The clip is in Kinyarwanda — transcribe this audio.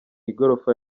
igorofa